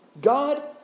God